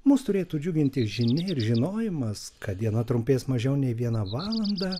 mus turėtų džiuginti žinia ir žinojimas kad diena trumpės mažiau nei vieną valandą